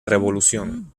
revolución